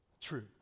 true